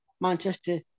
Manchester